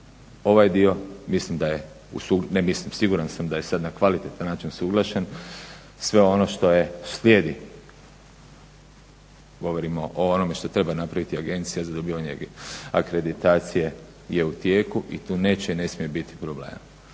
mislim, siguran sam da je sad na kvalitetan način usuglašen, sve ono što slijedi, govorimo o onome što trebamo napraviti je Agencija za dobivanje akreditacije je u tijeku i tu neće i ne smije biti problema.